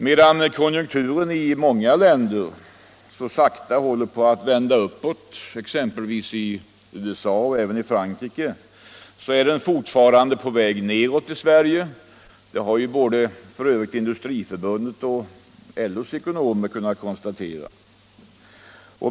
Medan konjunkturen i många andra länder så sakta håller på att vända uppåt, t.ex. i USA och även i Frankrike, är den fortfarande på väg nedåt i Sverige. Det har ju både Industriförbundet och LO:s ekonomer kunnat konstatera.